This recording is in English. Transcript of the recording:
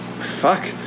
fuck